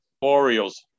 orioles